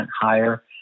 higher